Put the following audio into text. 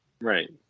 right